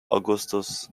augustus